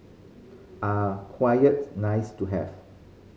are quite nice to have